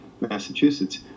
Massachusetts